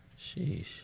Sheesh